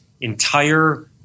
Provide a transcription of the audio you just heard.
entire